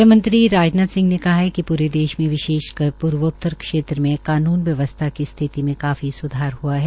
गृह मंत्री राजनाथ ने कहा है कि पूरे देश मे विशेषकर पूर्वोत्तर क्षेत्र में कानून व्यवस्था की स्थिति में काफी स्धार हुआ है